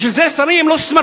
בשביל זה שרים הם לא סמרטוטים,